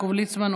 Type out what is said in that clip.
יעקב ליצמן,